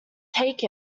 take